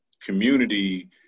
Community